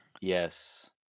Yes